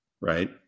right